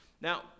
Now